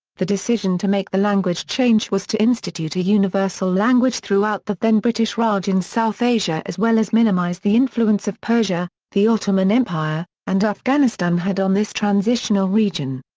the decision to make the language change was to institute a universal language throughout the then british raj in south asia as well as minimize the influence of persia, the ottoman empire, and afghanistan had on this transitional region.